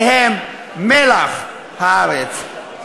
שהם מלח הארץ,